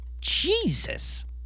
Jesus